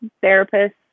therapist